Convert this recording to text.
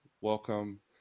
welcome